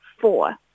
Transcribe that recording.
four